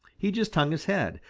he just hung his head,